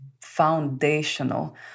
foundational